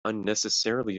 unnecessarily